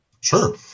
Sure